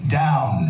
down